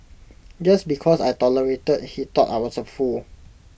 just because I tolerated he thought I was A fool